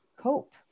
cope